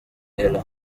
ella